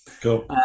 cool